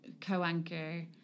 co-anchor